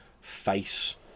face